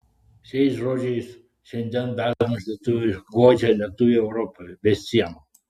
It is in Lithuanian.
šiais žodžiais šiandien dažnas lietuvis guodžia lietuvį europoje be sienų